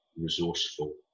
resourceful